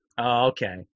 Okay